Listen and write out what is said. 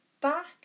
back